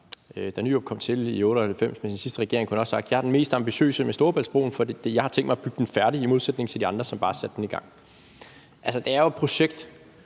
Rasmussen kom til i 1998 med sin sidste regering, kunne han også have sagt: Jeg er den mest ambitiøse med hensyn til Storebæltsbroen, for jeg har tænkt mig at bygge den færdig i modsætning til de andre, som bare satte byggeriet i gang. Altså, det er jo et projekt,